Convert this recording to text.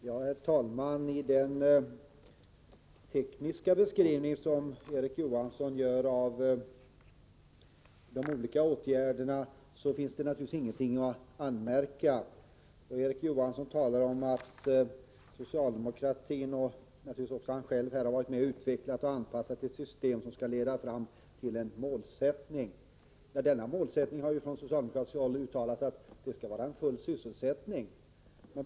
Herr talman! När det gäller den tekniska beskrivning som Erik Johansson gör av de olika åtgärderna finns det naturligtvis ingenting att anmärka. Erik Johansson talar om att socialdemokratin har utvecklat och anpassat ett system som skall leda fram till en målsättning. Det har ju från socialdemokratiskt håll uttalats att denna målsättning skall vara full sysselsättning.